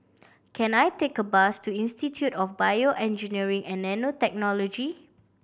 can I take a bus to Institute of Bio Engineering and Nanotechnology